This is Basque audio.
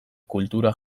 kultura